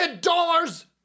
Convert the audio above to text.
dollars